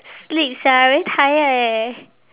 sleep sia I very tired eh